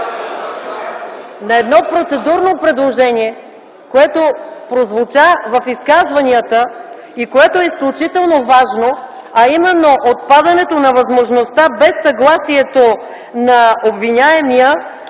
на едно процедурно предложение, което прозвучава в изказванията и е изключително важно, а именно отпадането на възможността без съгласието на обвиняемия